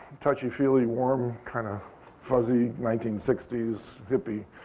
touchy-feely, warm, kind of fuzzy nineteen sixty s hippie,